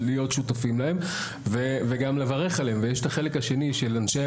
להיות שותפים להם וגם לברך עליהם ויש את החלק השני של אנשי